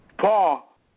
Paul